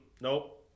nope